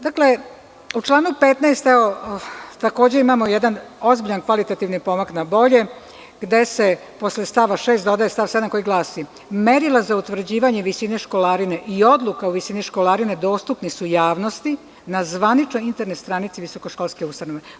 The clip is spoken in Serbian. Dakle, u članu 15. takođe, imamo jedan ozbiljan kvalitativni pomak na bolje gde se posle stava 6. dodaje stav 7. koji glasi – merila za utvrđivanje visine školarine i odluka o visini školarine dostupni su javnosti na zvaničnoj internet stranici visokoškolske ustanove.